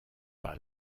pas